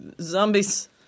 zombies